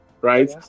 right